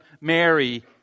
Mary